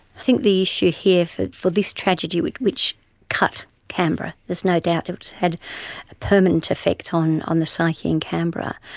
think the issue here for this tragedy, which which cut canberra, there's no doubt it's had a permanent effect on on the psyche in canberra,